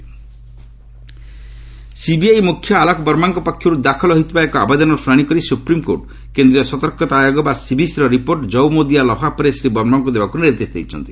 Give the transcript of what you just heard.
SC CBI CBI ମୁଖ୍ୟ ଆଲୋକ ବର୍ମାଙ୍କ ପକ୍ଷରୁ ଦାଖଲ ହୋଇଥିବା ଏକ ଆବେଦନର ଶୁଣାଶି କରି ସୁପ୍ରିମକୋର୍ଟ କେନ୍ଦ୍ରୀୟ ସତର୍କତା ଆୟୋଗ ବା ସିଭିସିର ରିପୋର୍ଟ ଯଉମୁଦଦିଆ ଲଫାପାରେ ଶ୍ରୀ ବର୍ମାଙ୍କୁ ଦେବାକୁ ନିର୍ଦ୍ଦେଶ ଦେଇଛନ୍ତି